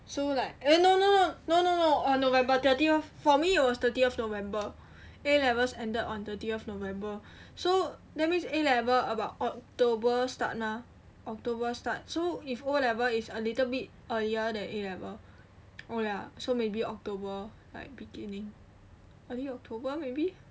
so like eh no no no no on november thirty for me it was thirtieth of november A levels ended on thirtieth november so that means S level about october start nah october start so if O level is a little bit earlier than A level oh ya so maybe october like beginning early october maybe